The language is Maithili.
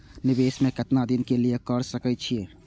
निवेश में केतना दिन के लिए कर सके छीय?